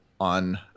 on